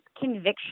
conviction